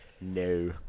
No